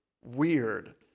weird